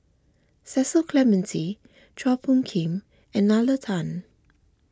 Cecil Clementi Chua Phung Kim and Nalla Tan